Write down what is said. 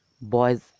boys